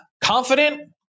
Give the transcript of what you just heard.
confident